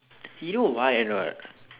you know why or not